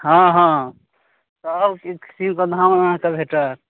हँ हँ सब किसिमके धान अहाँके भेटत